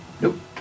Nope